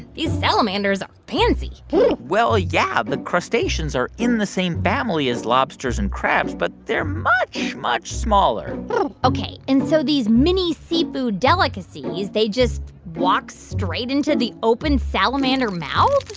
these salamanders are fancy well, yeah. the crustaceans are in the same family as lobsters and crabs, but they're much, much smaller ok. and so these mini seafood delicacies, they just walk straight into the open salamander mouths?